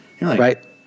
Right